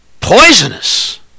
poisonous